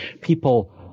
people